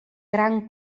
gran